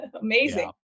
amazing